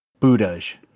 Budaj